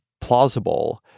plausible